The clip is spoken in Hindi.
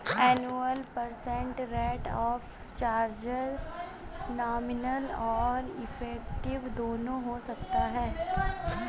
annual percent rate of charge nominal और इफेक्टिव दोनों हो सकता है